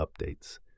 updates